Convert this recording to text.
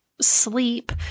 sleep